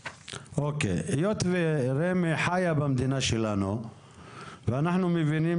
היות שרמ"י חיה במדינה שלנו ואנחנו מבינים